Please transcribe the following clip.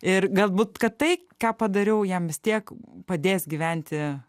ir galbūt kad tai ką padariau jam vis tiek padės gyventi